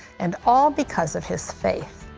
and all because of his faith.